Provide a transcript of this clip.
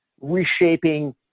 reshaping